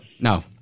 No